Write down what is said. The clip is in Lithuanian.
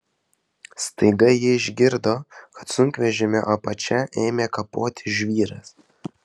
staiga ji išgirdo kad sunkvežimio apačią ėmė kapoti žvyras